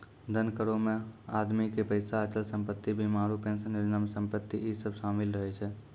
धन करो मे आदमी के पैसा, अचल संपत्ति, बीमा आरु पेंशन योजना मे संपत्ति इ सभ शामिल रहै छै